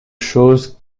chose